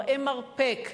מראה מרפק,